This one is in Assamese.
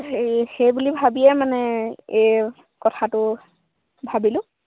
সেই বুলি ভাবিয়ে মানে এই কথাটো ভাবিলোঁ